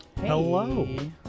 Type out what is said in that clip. Hello